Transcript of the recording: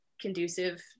conducive